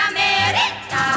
America